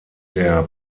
der